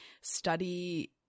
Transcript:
study